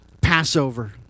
Passover